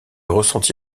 ressenti